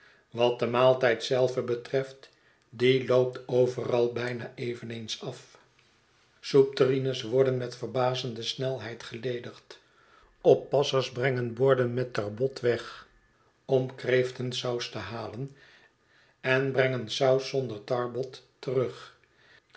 wat den maaltijd zel ven betreft die lo'opt ove ral bijna eveneens af soepterrines worden met verbazende snelheid geledigd oppassers nemen borden met tarbot weg om kreeftensaus te halen en brengen borden met saus zonder tarbot terug